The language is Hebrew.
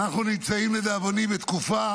אנחנו נמצאים לדאבוני בתקופה